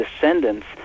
descendants